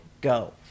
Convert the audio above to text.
Go